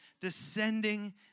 descending